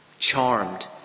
charmed